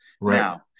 Now